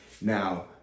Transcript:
Now